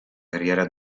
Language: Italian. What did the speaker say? carriera